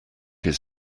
his